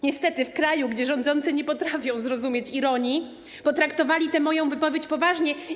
Niestety w kraju, gdzie rządzący nie potrafią zrozumieć ironii, potraktowali tę moją wypowiedź poważnie.